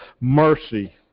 mercy